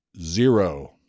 zero